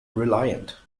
reliant